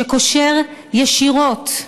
שקושר ישירות,